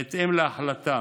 בהתאם להחלטה,